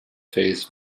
face